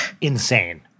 insane